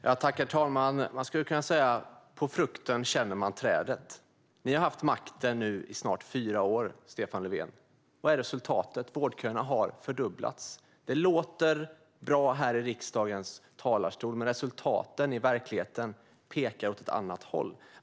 Herr talman! Man skulle kunna säga: På frukten känner man trädet. Ni har haft makten nu i snart fyra år, Stefan Löfven. Vad är resultatet? Vårdköerna har fördubblats. Det som sägs låter bra här i riksdagens talarstol, men resultaten i verkligheten pekar åt ett annat håll.